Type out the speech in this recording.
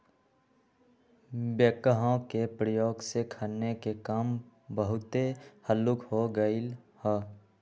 backhoe के प्रयोग से खन्ने के काम बहुते हल्लुक हो गेलइ ह